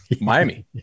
Miami